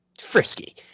frisky